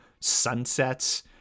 sunsets